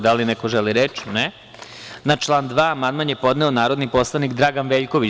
Da li neko želi reč? (Ne) Na član 2. amandman je podneo narodni poslanik Dragan Veljković.